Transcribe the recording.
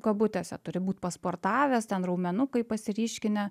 kabutėse turi būt pasportavęs ten raumenukai pasiryškinę